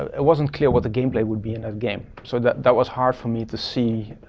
it wasn't clear what the game play would be in a game so that that was hard for me to see,